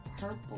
Purple